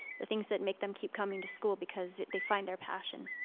the things that make them keep coming to school because they find their passion.